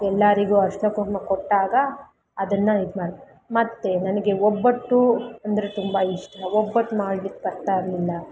ಎಲ್ಲಾರಿಗೂ ಅರಿಶಿನ ಕುಂಕುಮ ಕೊಟ್ಟಾಗ ಅದನ್ನು ಇದು ಮಾಡ್ಬೇಕು ಮತ್ತು ನನಗೆ ಒಬ್ಬಟ್ಟು ಅಂದರೆ ತುಂಬ ಇಷ್ಟ ಒಬ್ಬಟ್ಟು ಮಾಡ್ಲಿಕ್ಕೆ ಬರ್ತಾ ಇರಲಿಲ್ಲ